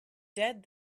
dead